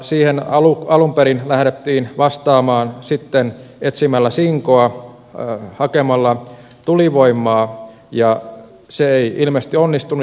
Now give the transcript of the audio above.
siihen alun perin lähdettiin vastaamaan etsimällä sinkoa hakemalla tulivoimaa ja se ei ilmeisesti onnistunut